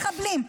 מחבלים?